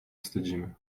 wstydzimy